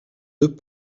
deux